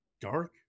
dark